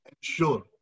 sure